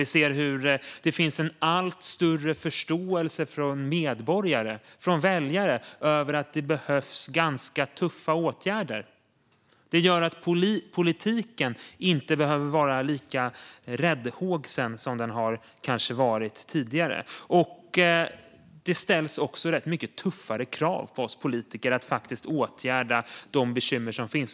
Vi ser hur det finns en allt större förståelse hos medborgare, väljare, för att det behövs tuffa åtgärder. Det gör att politiken inte behöver vara lika räddhågsen som den har varit tidigare. Det ställs också mycket tuffare krav på oss politiker att åtgärda de bekymmer som finns.